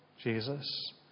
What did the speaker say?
Jesus